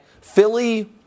Philly